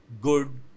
good